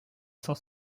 sans